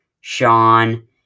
Sean